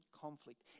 conflict